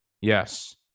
Yes